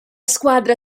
squadra